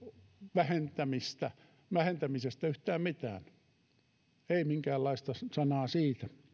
vähentämisestä vähentämisestä yhtään mitään ei minkäänlaista sanaa siitä